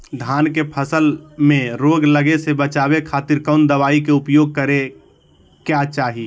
धान के फसल मैं रोग लगे से बचावे खातिर कौन दवाई के उपयोग करें क्या चाहि?